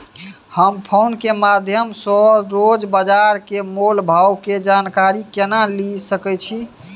हम फोन के माध्यम सो रोज बाजार के मोल भाव के जानकारी केना लिए सके छी?